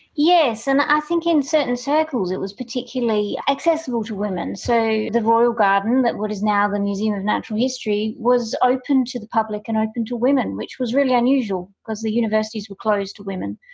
yes, and i think in certain circles it was particularly accessible to women. so the royal garden, but what is now the museum of natural history, was open to the public and open to women, which was really unusual because the universities were closed to women,